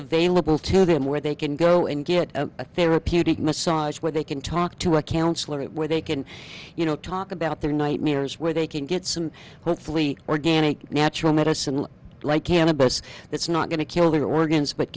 available to them where they can go and get a therapeutic massage where they can talk to a counsellor where they can you know talk about their nightmares where they can get some hopefully organic natural medicine like cannabis that's not going to kill their organs but